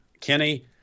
Kenny